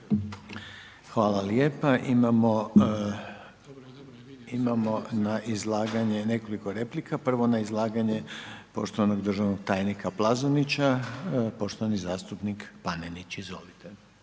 Hvala lijepo. Imamo na izlaganje nekoliko replika, prvo na izlaganje poštovanog državnog tajnika Plazonića, poštovani zastupnik Panenić, izvolite.